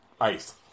ice